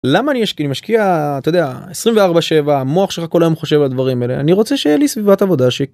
למה אני משקיע אתה יודע 24/7 המוח שלך כל היום חושב על הדברים האלה אני רוצה שיהיה לי סביבת עבודה ש..